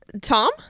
Tom